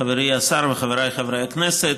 חברי השר וחבריי חברי הכנסת,